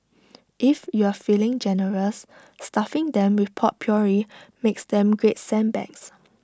if you're feeling generous stuffing them with potpourri makes them great scent bags